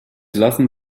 lassen